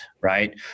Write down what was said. right